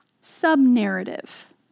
sub-narrative